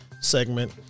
segment